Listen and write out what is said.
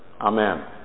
Amen